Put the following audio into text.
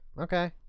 Okay